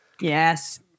Yes